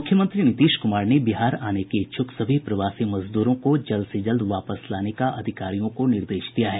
मुख्यमंत्री नीतीश कुमार ने बिहार आने ये इच्छुक सभी प्रवासी मजदूरों को जल्द से जल्द वापस लाने का अधिकारियों को निर्देश दिया है